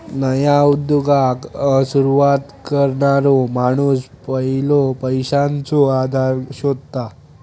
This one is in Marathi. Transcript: नया उद्योगाक सुरवात करणारो माणूस पयलो पैशाचो आधार शोधता